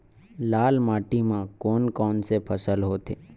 लाल माटी म कोन कौन से फसल होथे?